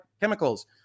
chemicals